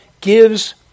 gives